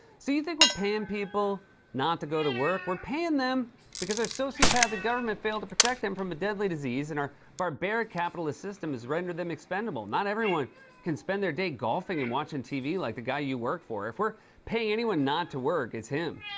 so you think we're paying people not to go to work? we're paying them because our sociopathic government failed to protect them from a deadly disease, and our barbaric capitalist system has rendered them expendable. not everyone can spend their day golfing and watching tv like the guy you work for. if we're paying anyone not to work, it's him.